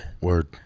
Word